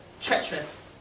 treacherous